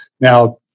Now